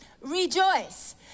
rejoice